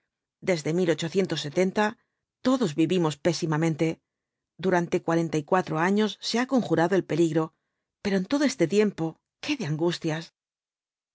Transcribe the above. desde todos rivilos cuatro jínhtks obl apocalipsis mes pésimamente durante cuarenta y cuatro años se ha conjurado el peligro pero en todo este tiempo qué de angustias